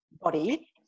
body